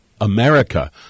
America